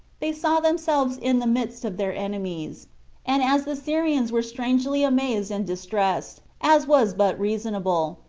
they saw themselves in the midst of their enemies and as the syrians were strangely amazed and distressed, as was but reasonable,